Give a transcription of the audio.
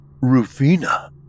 Rufina